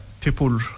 people